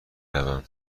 روم